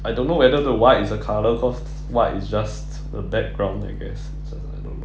I don't know whether the white is a colour cause white is just a background I guess